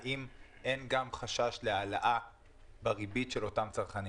האם אין גם חשש להעלאה בריבית של אותם צרכנים?